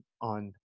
on